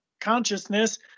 consciousness